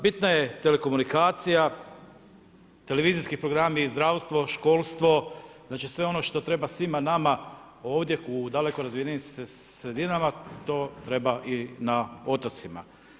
Bitna je telekomunikacija, televizijski programi, zdravstvo, školstvo, znači sve ono što treba svima nama ovdje u daleko razvijenijim sredinama, to treba i na otocima.